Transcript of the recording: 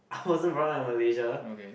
I wasn't born in Malaysia